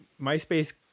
MySpace